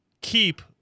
keep